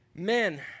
Men